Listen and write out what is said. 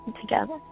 together